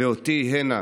ואותי הנה,